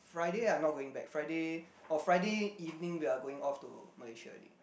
Friday I'm not going back Friday oh Friday evening we've going off to Malaysia already